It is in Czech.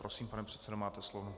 Prosím, pane předsedo, máte slovo.